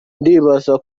ndibaza